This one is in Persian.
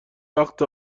وقت